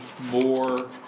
more